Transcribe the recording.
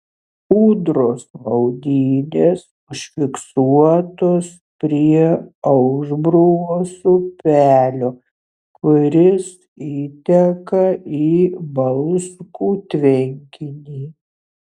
ūdros maudynės užfiksuotos prie aušbruvos upelio kuris įteka į balskų tvenkinį